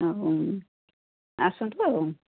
ଆଉ ଆସନ୍ତୁ ଆଉ